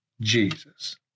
Jesus